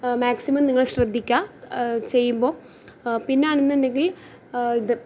maximum നിങ്ങൾ ശ്രദ്ധിക്കുക ചെയ്യുമ്പോൾ പിന്നെ ആണെന്നുണ്ടെങ്കിൽ ഇത്